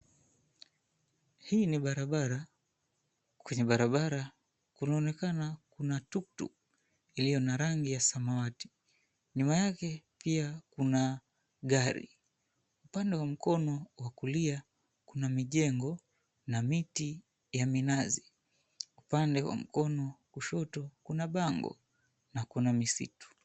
Hii ni barabara kwenye barabara kunaonekana kuna tuktuk iliyo na rangi ya samawati nyuma yake pia kuna gari. Upande wa mkono wa kulia kuna mijengo na miti ya minazi, upande wamkono wa kushoto kuna bango na kuna misitu.